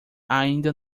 ainda